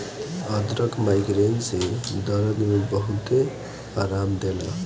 अदरक माइग्रेन के दरद में बहुते आराम देला